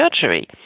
surgery